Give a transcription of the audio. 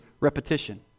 repetition